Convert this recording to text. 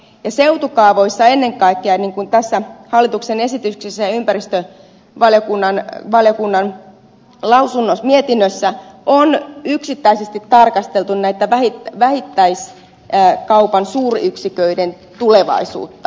ja seutukaavojen osalta ennen kaikkea niin kuin tässä hallituksen esityksessä ja ympäristövaliokunnan mietinnössä on tehty on yksittäisesti tarkasteltava näiden vähittäiskaupan suuryksiköiden tulevaisuutta